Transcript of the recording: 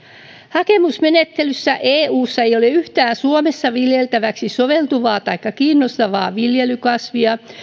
hakemusmenettelyssä eussa ei ole yhtään suomessa viljeltäväksi soveltuvaa taikka kiinnostavaa viljelykasvia